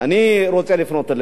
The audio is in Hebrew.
אני רוצה לפנות אליך